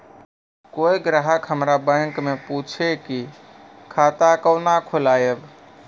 कोय ग्राहक हमर बैक मैं पुछे की खाता कोना खोलायब?